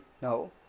No